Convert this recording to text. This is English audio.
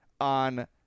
on